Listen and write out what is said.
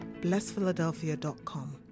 blessphiladelphia.com